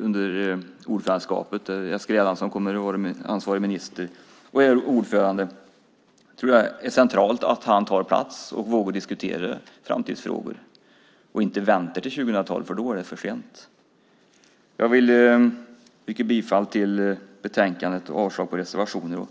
Under ordförandeskapet kommer Eskil Erlandsson i egenskap av ansvarig minister att vara ordförande, och jag tror att det är centralt att han tar plats och vågar diskutera framtidsfrågor, så att man inte väntar till 2012, för då är det för sent. Jag vill yrka bifall till förslaget i betänkandet och avslag på reservationerna.